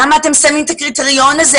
למה אתם שמים את הקריטריון הזה?